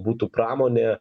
būtų pramonė